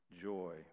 joy